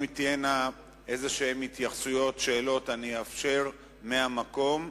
אם תהיינה התייחסויות, שאלות, אני אאפשר מהמקום,